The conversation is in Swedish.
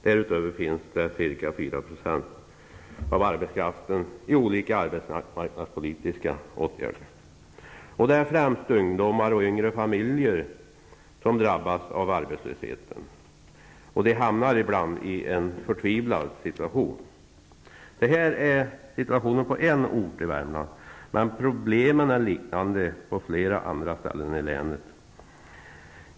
Därutöver finns ca 4 av arbetskraften i olika arbetsmarknadspolitiska åtgärder. Det är främst ungdomar och yngre familjer som drabbas av arbetslösheten, och de hamnar ibland i en förtvivlad situation. Detta är situationen på en ort i Värmland, men problemen är liknande på flera andra ställen i länet.